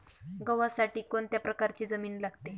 गव्हासाठी कोणत्या प्रकारची जमीन लागते?